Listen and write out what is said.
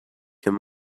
him